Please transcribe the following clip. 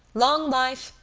long life,